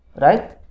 Right